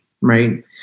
right